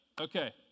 Okay